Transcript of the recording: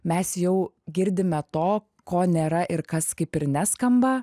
mes jau girdime to ko nėra ir kas kaip ir neskamba